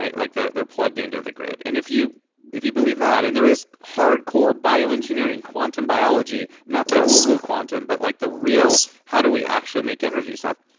right? like they're they're plugged into the grid, and if you if you believe that, and there is hardcore bioengineering, quantum biology, not the woo-woo quantum but like the real, how do we actually make energy stuff,